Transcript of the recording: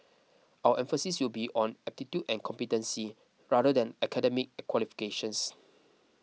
our emphasis will be on aptitude and competency rather than academic qualifications